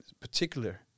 particular